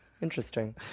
Interesting